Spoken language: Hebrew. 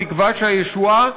בתקווה שהישועה